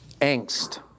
Angst